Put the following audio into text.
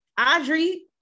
Audrey